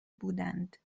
بودند